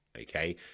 okay